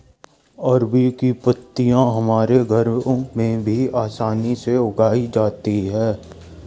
अरबी की पत्तियां हमारे घरों में भी आसानी से उगाई जाती हैं